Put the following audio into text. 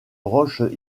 roches